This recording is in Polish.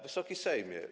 Wysoki Sejmie!